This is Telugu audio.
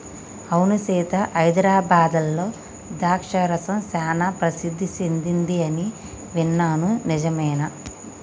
అవును సీత హైదరాబాద్లో ద్రాక్ష రసం సానా ప్రసిద్ధి సెదింది అని విన్నాను నిజమేనా